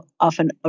often